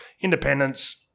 independence